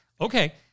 Okay